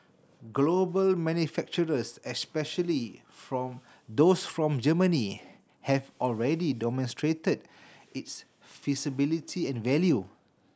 global manufacturers especially from those from Germany have already demonstrated its feasibility and value